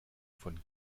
von